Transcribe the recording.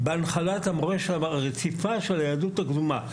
בהנחלת המורשת הרציפה של היהדות הקדומה.